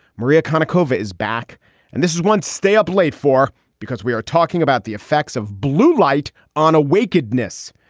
maria kind of cova is back and this is one stay up late for because we are talking about the effects of blue light on a wake. goodness.